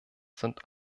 sind